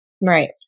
Right